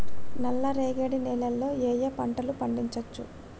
నల్లరేగడి నేల లో ఏ ఏ పంట లు పండించచ్చు?